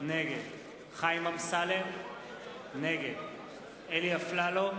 נגד חיים אמסלם, נגד אלי אפללו,